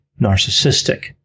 narcissistic